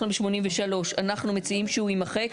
אנחנו ב-83, אנחנו מציעים שהוא יימחק.